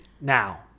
Now